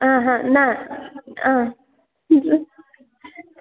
आहा न